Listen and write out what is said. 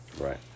Right